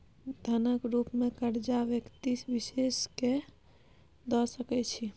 धनक रुप मे करजा व्यक्ति विशेष केँ द सकै छी